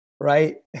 right